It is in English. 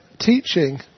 teaching